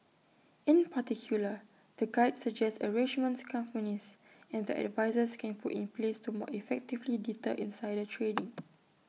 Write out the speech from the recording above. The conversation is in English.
in particular the guide suggests arrangements companies and their advisers can put in place to more effectively deter insider trading